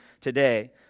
today